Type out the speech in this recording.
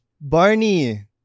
Barney